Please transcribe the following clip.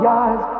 eyes